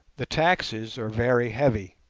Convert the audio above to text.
the taxes are very heavy.